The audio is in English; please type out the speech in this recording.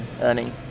earning